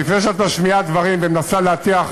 לפני שאת משמיעה דברים ומנסה להטיח